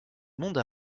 monde